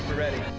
ready.